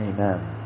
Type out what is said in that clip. Amen